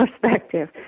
perspective